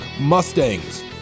Mustangs